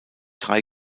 drei